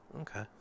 Okay